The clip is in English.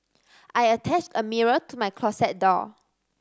I attached a mirror to my closet door